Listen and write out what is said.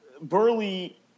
Burley